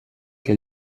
que